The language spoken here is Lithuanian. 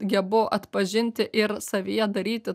gebu atpažinti ir savyje daryti